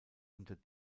unter